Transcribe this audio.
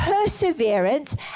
perseverance